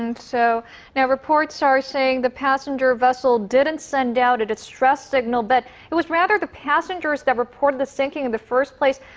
and so reports are saying the passenger vessel didn't send out a distress signal. but it was rather the passengers that reported the sinking in the first place?